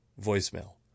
voicemail